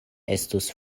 estus